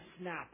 snap